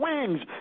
wings